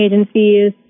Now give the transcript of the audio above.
agencies